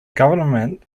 government